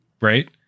right